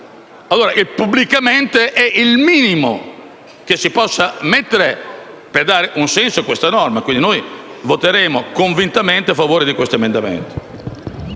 «Pubblicamente» è il minimo che si possa mettere per dare un senso a questa norma. Quindi, noi voteremo convintamente a favore di questo emendamento.